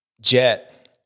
Jet